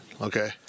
Okay